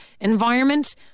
environment